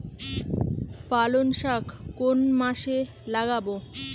পালংশাক কোন মাসে লাগাব?